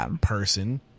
person